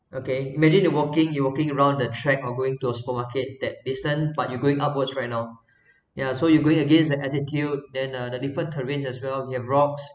okay imagine the walking you walking around the track or going to a supermarket that distance but you going upwards right now yeah so you going against the altitude then uh the different terrains as well it have rocks